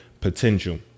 potential